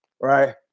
Right